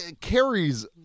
carries